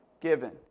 given